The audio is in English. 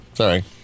sorry